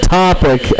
topic